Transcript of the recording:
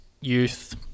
youth